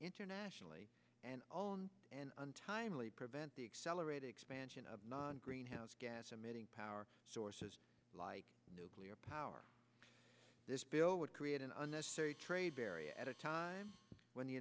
internationally and all and untimely prevent the accelerated expansion of non greenhouse gas emitting power sources like nuclear power this bill would create an unnecessary trade barrier at a time when the